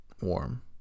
warm